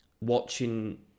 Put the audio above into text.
watching